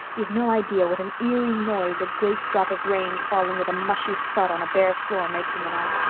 you've no idea what an eerie noise a great drop of rain falling with a mushy thud on a bare floor makes in the night.